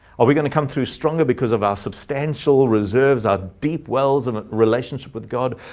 are we going to come through stronger because of our substantial reserves are deep wells and relationship with god?